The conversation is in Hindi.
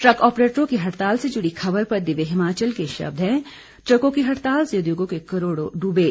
द्रक ऑपरेटरों की हड़ताल से जुड़ी खबर पर दिव्य हिमाचल के शब्द है ट्रकों की हड़ताल से उद्योगों के करोड़ों डूबे